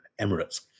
Emirates